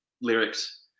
lyrics